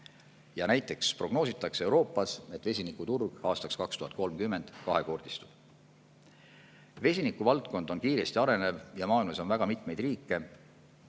Ja näiteks prognoositakse Euroopas, et vesinikuturg aastaks 2030 kahekordistub. Vesiniku valdkond areneb kiiresti ja maailmas on mitmeid riike,